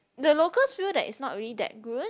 the locals feel that it's not really that good